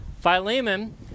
Philemon